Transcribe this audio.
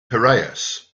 piraeus